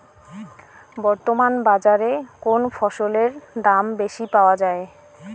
বর্তমান বাজারে কোন ফসলের দাম বেশি পাওয়া য়ায়?